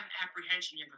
apprehension